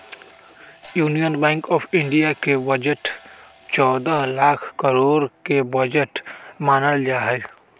union bank of India के budget चौदह लाख करोड के बजट मानल जाहई